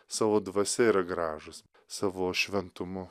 savo dvasia ir gražūs savo šventumu